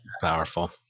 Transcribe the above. Powerful